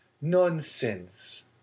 Nonsense